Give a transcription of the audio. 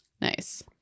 Nice